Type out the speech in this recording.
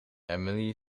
emily